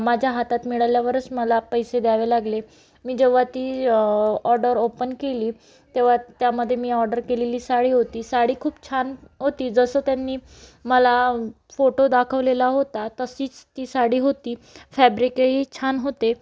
माझ्या हातात मिळाल्यावरच मला पैसे द्यावे लागले मी जेव्हा ती ऑर्डर ओपन केली तेव्हा त्यामध्ये मी ऑर्डर केलेली साडी होती साडी खूप छान होती जसं त्यांनी मला फोटो दाखवलेला होता तशीच ती साडी होती फॅब्रिकही छान होते